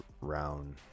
round